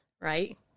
right